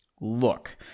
Look